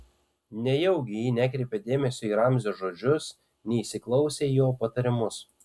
nejaugi ji nekreipė dėmesio į ramzio žodžius neįsiklausė į jo patarimus